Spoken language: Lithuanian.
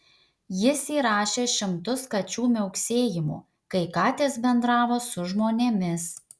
jis įrašė šimtus kačių miauksėjimų kai katės bendravo su žmonėmis